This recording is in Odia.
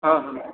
ହଁ ହଁ